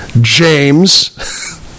James